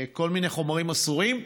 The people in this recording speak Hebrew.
כל מיני חומרים אסורים,